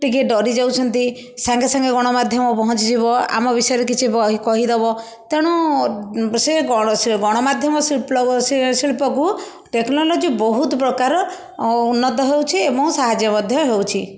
ଟିକେ ଡରି ଯାଉଛନ୍ତି ସାଙ୍ଗେ ସାଙ୍ଗେ ଗଣମାଧ୍ୟମ ପହଞ୍ଚି ଯିବ ଆମ ବିଷୟରେ କିଛି କହିଦବ ତେଣୁ ସେ ଗଣମା ସେ ଗଣମାଧ୍ୟମ ଶିଳ୍ପ କୁ ଟେକ୍ନୋଲୋଜି ବହୁତ ପ୍ରକାର ଉନ୍ନତ ହେଉଛି ଏବଂ ସାହାଯ୍ୟ ମଧ୍ୟ ହେଉଛି